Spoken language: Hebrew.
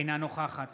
אינה נוכחת